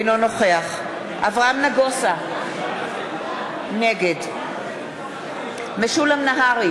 אינו נוכח אברהם נגוסה, נגד משולם נהרי,